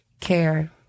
Care